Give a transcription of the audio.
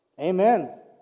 amen